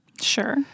sure